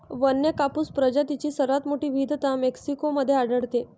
वन्य कापूस प्रजातींची सर्वात मोठी विविधता मेक्सिको मध्ये आढळते